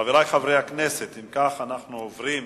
חברי חברי הכנסת, אם כך, אנחנו עוברים